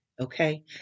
Okay